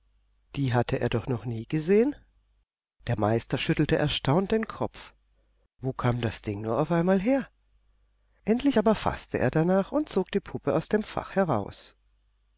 die hatte er doch noch nie gesehen der meister schüttelte erstaunt den kopf wo kam das ding nur auf einmal her endlich aber faßte er danach und zog die puppe aus dem fach heraus